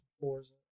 Forza